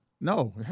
No